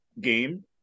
game